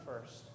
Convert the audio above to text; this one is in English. first